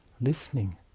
listening